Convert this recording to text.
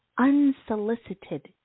unsolicited